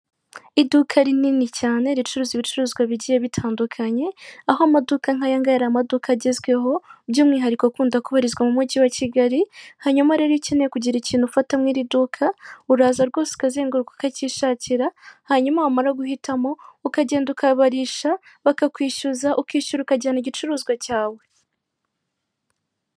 Iduka rinini cyane ricuruza ibicuruzwa bigiye bitandukanye, aho amaduka nka ngaya ari amaduka agezweho, by'umwihariko akunda kubarizwa mu mujyi wa Kigali, hanyuma rero ukeneye kugira ikintu ufata mu iri duka uraza rwose ukazenguruka ukacyishakira, hanyuma wamara guhitamo, ukagenda ukabarisha bakakwishyuza, ukishyura ukajyana igicuruzwa cyawe.